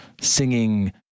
singing